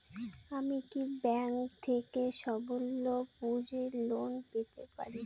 আমি কি ব্যাংক থেকে স্বল্প পুঁজির লোন পেতে পারি?